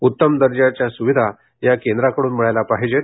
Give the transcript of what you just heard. उत्तम दर्जाच्या सुविधा या केंद्राकडून मिळाल्या पाहिजेत